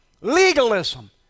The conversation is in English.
Legalism